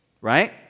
right